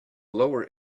lower